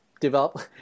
develop